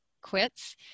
quits